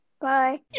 Bye